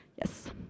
Yes